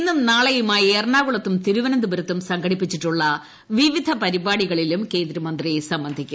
ഇന്നും നാളെയുമായി എറണാകുളത്തും തിരുവനന്തപുരത്തും സംഘടിപ്പിച്ചിട്ടുള്ള വിവിധ പരിപാടികളിലും കേന്ദ്രമന്ത്രി സംബന്ധിക്കും